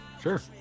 Sure